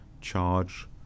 charge